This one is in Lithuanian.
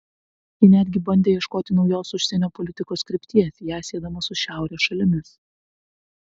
ji netgi bandė ieškoti naujos užsienio politikos krypties ją siedama su šiaurės šalimis